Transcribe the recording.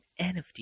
NFT